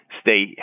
stay